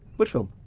which film?